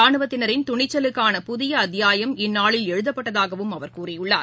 ரானுவத்தினின் துணிச்சலுக்கான புதிய அத்தியாயம் இந்நாளில் எழுதப்பட்டதாகவும் அவர் கூறியுள்ளார்